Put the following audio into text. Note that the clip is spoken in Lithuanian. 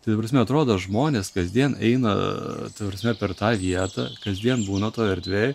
ta prasme atrodo žmonės kasdien eina ta prasme per tą vietą kasdien būna toj erdvėj